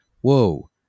whoa